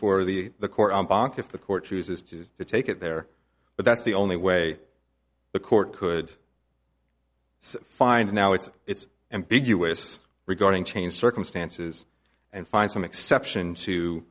for the the court if the court shoes is to take it there but that's the only way the court could find now it's it's ambiguous regarding change circumstances and find some exception to